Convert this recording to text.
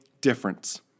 difference